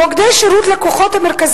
מוקדי שירות לקוחות,